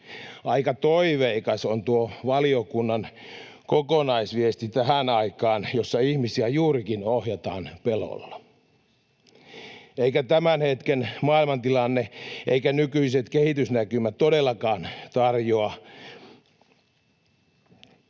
Aika toiveikas on tuo valiokunnan kokonaisviesti tähän aikaan, jossa ihmisiä juurikin ohjataan pelolla. Eikä tämän hetken maailmantilanne eivätkä nykyiset kehitysnäkymät todellakaan tarjoa